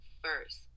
first